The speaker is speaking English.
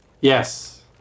Yes